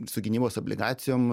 su gynybos obligacijom